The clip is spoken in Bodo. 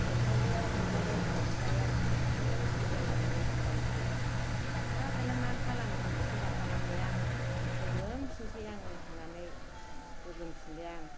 सिंखावरियाबो मोनलायबाय गुरनायाव सिंखावरियाबो बिरजालांलायबाय खबायनिफ्राय आरो दाना मा खालामनो जि सिन्था खालामबाय आं गोग्रोमफिननोसै आङो होननानै गोग्रोमफिनबाय आं